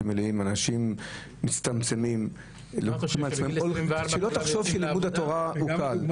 שמלאים אנשים - --שלא תחשוב שלימוד התורה הוא קל.